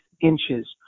inches